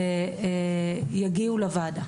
יגיעו לוועדה.